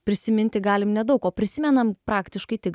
prisiminti galim nedaug o prisimenam praktiškai tik